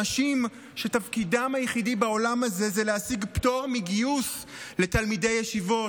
אנשים שתפקידם היחידי בעולם הזה זה להשיג פטור מגיוס לתלמידי ישיבות.